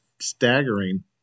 staggering